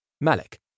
Malik